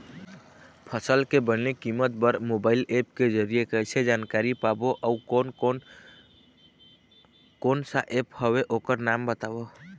फसल के बने कीमत बर मोबाइल ऐप के जरिए कैसे जानकारी पाबो अउ कोन कौन कोन सा ऐप हवे ओकर नाम बताव?